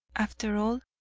after all,